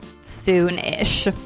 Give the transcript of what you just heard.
soon-ish